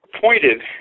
pointed